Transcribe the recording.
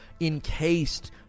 encased